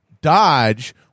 dodge